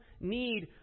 need